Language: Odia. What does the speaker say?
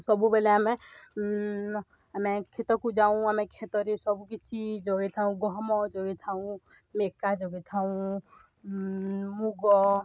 ସବୁବେଳେ ଆମେ ଆମେ କ୍ଷେତକୁ ଯାଉଁ ଆମେ କ୍ଷେତରେ ସବୁକିଛି ଯୋଗେଇ ଥାଉଁ ଗହମ ଯୋଗେଇଥାଉଁ ମକା ଯୋଗେଇଥାଉଁ ମୁଗ